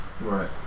right